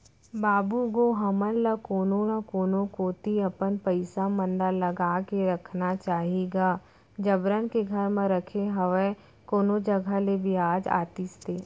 बाबू गो हमन ल कोनो न कोनो कोती अपन पइसा मन ल लगा के रखना चाही गा जबरन के घर म रखे हवय कोनो जघा ले बियाज आतिस ते